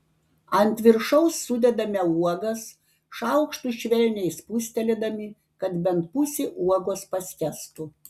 ant viršaus sudedame uogas šaukštu švelniai spustelėdami kad bent pusė uogos paskęstų